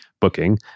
Booking